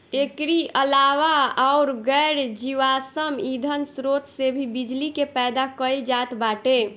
एकरी अलावा अउर गैर जीवाश्म ईधन स्रोत से भी बिजली के पैदा कईल जात बाटे